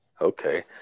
Okay